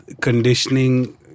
Conditioning